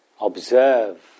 observe